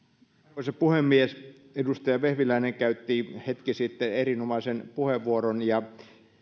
arvoisa puhemies edustaja vehviläinen käytti hetki sitten erinomaisen puheenvuoron ja